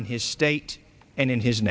in his state and in his